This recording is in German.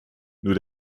nur